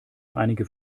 einige